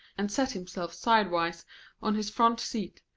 and set himself sidewise on his front seat,